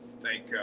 thank